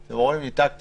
כל הגישה הזאת